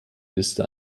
liste